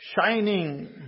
Shining